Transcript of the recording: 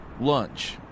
Lunch